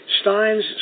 Steins